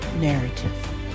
narrative